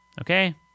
okay